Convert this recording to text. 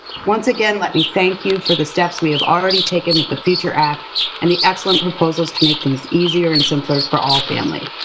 once again, let me thank you for the steps we have already taken with the future act and the excellent proposals to make things easier and simpler for all families.